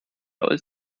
aus